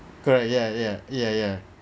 correct ya ya ya ya